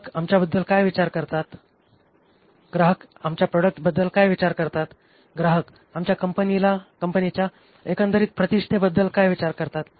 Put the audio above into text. ग्राहक आमच्याबद्दल काय विचार करतात ग्राहक आमच्या प्रॉडक्ट्सबद्दल काय विचार करतात ग्राहक आमच्या कंपनीच्या एकंदरीत प्रतिष्ठेबद्दल काय विचार करतात